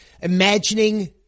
Imagining